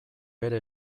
bere